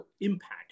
impact